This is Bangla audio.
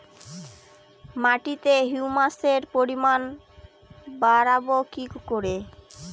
মাটিতে হিউমাসের পরিমাণ বারবো কি করে?